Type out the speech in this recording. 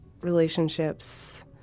relationships